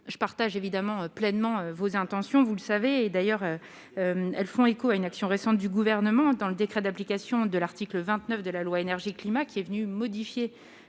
je partage évidemment pleinement vos intentions, vous le savez, d'ailleurs, elles font écho à une action récente du gouvernement dans le décret d'application de l'article 29 de la loi énergie-climat qui est venu modifier